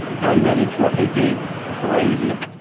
how he managed what he did, crazy.